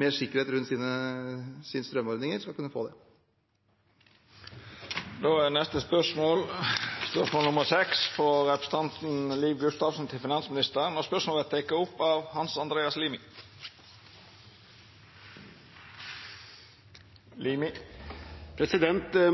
mer sikkerhet rundt sine strømordninger, skal kunne få det. Dette spørsmålet, frå representanten Liv Gustavsen til finansministeren, vil verta teke opp av representanten Hans Andreas Limi.